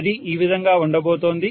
అది ఈ విధంగా ఉండబోతోంది